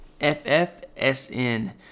FFSN